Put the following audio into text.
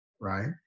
Right